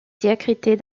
diacrité